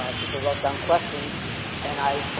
people wrote down questions and i